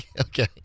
Okay